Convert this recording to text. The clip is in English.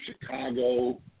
Chicago –